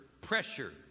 pressure